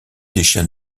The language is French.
déchets